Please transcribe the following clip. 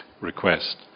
Request